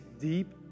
deep